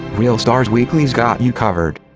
reel stars weekly's got you covered!